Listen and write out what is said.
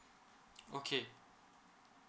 okay